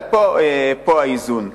פה האיזון.